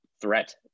threat